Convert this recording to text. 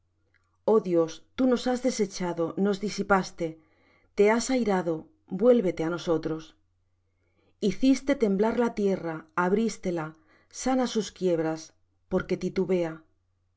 dios tú nos has desechado nos disipaste te has airado vuélvete á nosotros hiciste temblar la tierra abrístela sana sus quiebras porque titubea